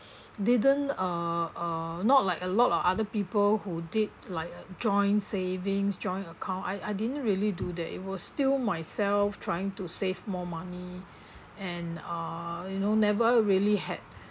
didn't uh uh not like a lot of other people who did like a joint savings joint account I I didn't really do that it was still myself trying to save more money and uh you know never really had